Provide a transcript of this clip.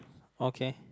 okay